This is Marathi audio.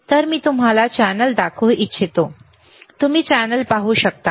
तर मी तुम्हाला चॅनेल दाखवू इच्छितो तुम्ही चॅनेल पाहू शकता का